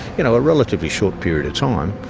you know a relatively short period of time,